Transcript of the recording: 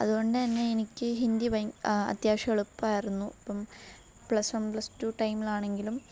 അതുകൊണ്ട് തന്നെ എനിക്ക് ഹിന്ദി അത്യാവശ്യം എളുപ്പമായിരുന്നു പ്ലസ് വൺ പ്ലസ് ടു ടൈമിൽ ആണെങ്കിലും